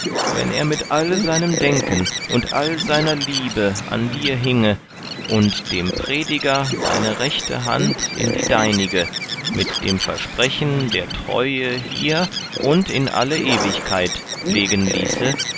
wenn er mit all seinem denken und all seiner liebe an dir hinge und dem prediger seine rechte hand in die deinige mit dem versprechen der treue hier und in alle ewigkeit legen ließe